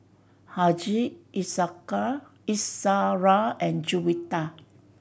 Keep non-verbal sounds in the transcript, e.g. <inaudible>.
Haziq <unintelligible> Izzara and Juwita